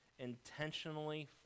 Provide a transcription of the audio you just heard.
intentionally